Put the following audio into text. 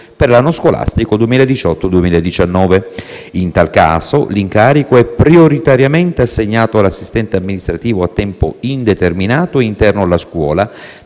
per l'anno scolastico 2018-2019. In tal caso l'incarico è prioritariamente assegnato all'assistente amministrativo a tempo indeterminato interno alla scuola,